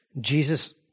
Jesus